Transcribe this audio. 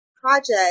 project